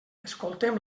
escoltem